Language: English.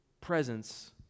presence